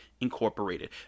Incorporated